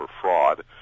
fraud